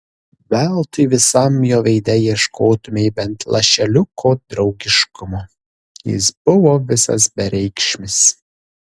veltui visam jo veide ieškotumei bent lašeliuko draugiškumo jis buvo visas bereikšmis